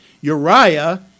Uriah